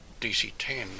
DC-10